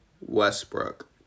Westbrook